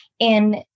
And-